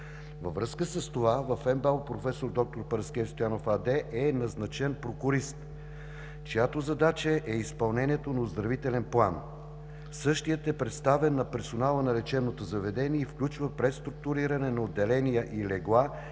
Във връзка с това в МБАЛ „Професор д-р Параскев Стоянов“ АД е назначен прокурист, чиято задача е изпълнението на оздравителен план. Същият е представен на персонала на лечебното заведение и включва преструктуриране на отделения и легла,